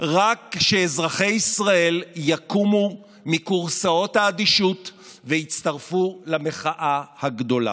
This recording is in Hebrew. רק כשאזרחי ישראל יקומו מכורסאות האדישות ויצטרפו למחאה הגדולה.